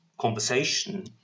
conversation